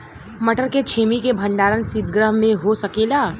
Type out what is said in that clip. मटर के छेमी के भंडारन सितगृह में हो सकेला?